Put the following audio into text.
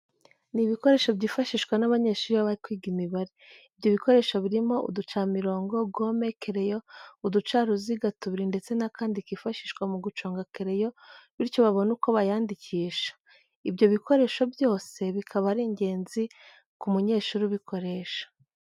Ni ibikoresho byifashishwa n'abanyeshuri iyo bari kwiga Imibare. ibyo bikoresho birimo uducamirongo, gome, kereyo, uducaruziga tubiri ndetse n'akandi kifashishwa mu guconga kereyo bityo babone uko bayandikisha. Ibyo bikoresho byose bikaba ari ingenzi ku munyeshuri ubikoresha.